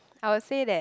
I would say that